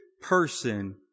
person